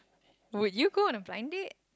would you go on a blind date